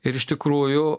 ir iš tikrųjų